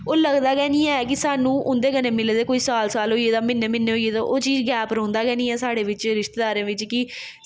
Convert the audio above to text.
ओह् लगदा गै निं ऐ कि सानूं उंदे कन्नै मिले दे कोई साल साल होई गेदा म्हीने म्हीने होई गेदे ओह् चीज़ गैप रौंह्दा गै निं ऐ साढ़े बिच्च रिश्तेदारें बिच्च कि